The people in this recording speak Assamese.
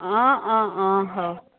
অঁ অঁ অঁ হয়